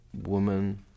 woman